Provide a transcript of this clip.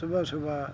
ਸੁਬ੍ਹਾ ਸੁਬ੍ਹਾ